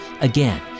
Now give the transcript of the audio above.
Again